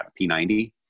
P90